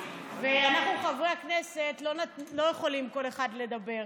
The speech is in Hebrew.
ואנחנו, חברי הכנסת, לא יכולים כל אחד לדבר.